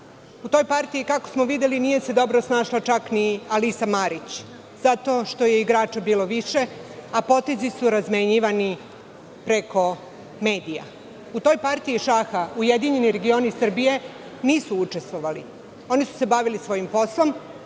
U toj partiji, kako smo videli, nije se dobro snašla čak ni Alisa Marić, zato što je igrača bilo više, a potezi su razmenjivani preko medija. U toj partiji šaha URS nisu učestvovali, oni su se bavili svojim poslom